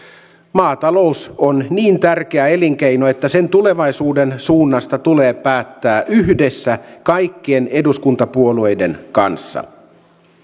maatalous on niin tärkeä elinkeino että sen tulevaisuuden suunnasta tulee päättää yhdessä kaikkien eduskuntapuolueiden kanssa